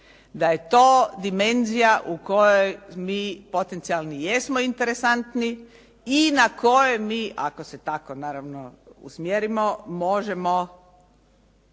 da je to dimenzija u kojoj mi potencijalni jesmo interesantni i na koje mi ako se tako naravno usmjerimo možemo